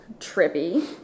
Trippy